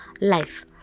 life